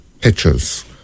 pictures